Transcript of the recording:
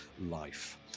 life